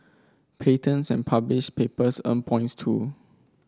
patents and published papers earn points too